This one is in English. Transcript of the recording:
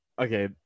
Okay